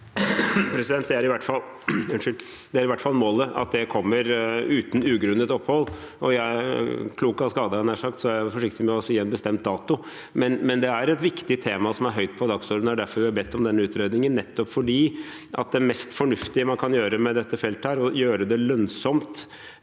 Det er i hvert fall målet at det kommer uten ugrunnet opphold. Klok av skade, nær sagt, er jeg forsiktig med å si en bestemt dato, men det er et viktig tema som er høyt på dagsordenen. Det er derfor vi har bedt om denne utredningen, nettopp fordi det mest fornuftige man kan gjøre med dette feltet, er å gjøre det lønnsomt